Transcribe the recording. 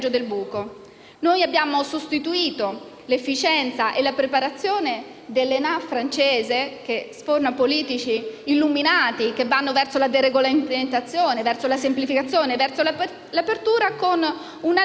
Noi abbiamo sostituito l'efficienza e la preparazione dell'ENA francese, che sforna politici illuminati che vanno verso la deregolamentazione, la semplificazione e l'apertura, con una laurea che